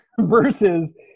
versus